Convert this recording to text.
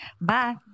Bye